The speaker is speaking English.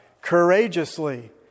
courageously